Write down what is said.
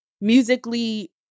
musically